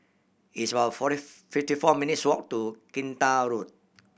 it's about forty fifty four minutes' walk to Kinta Road